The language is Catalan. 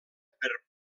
per